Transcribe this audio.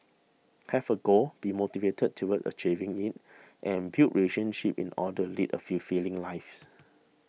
have a goal be motivated towards achieving it and build relationships in order lead a fulfilling lives